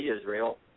Israel